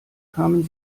kamen